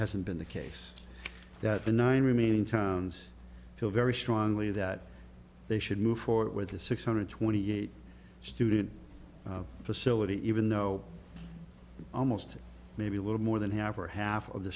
hasn't been the case that the nine remaining towns feel very strongly that they should move forward with a six hundred twenty eight student facility even though almost maybe a little more than half or half of the